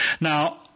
Now